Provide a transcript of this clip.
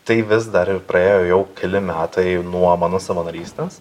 tai vis dar ir praėjo jau keli metai nuo mano savanorystės